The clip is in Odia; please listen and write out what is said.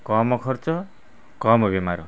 କମ୍ ଖର୍ଚ୍ଚ କମ୍ ବେମାର